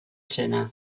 zena